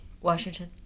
Washington